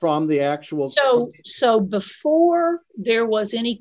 from the actual so so before there was any